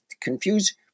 confuse